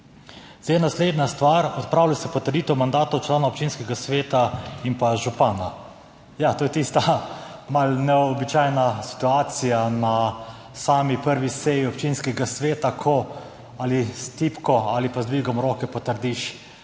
Naslednja stvar. Odpravlja se potrditev mandatov članov občinskega sveta in župana. Ja, to je tista malo neobičajna situacija na sami prvi seji občinskega sveta, ko ali s tipko ali pa z dvigom roke potrdiš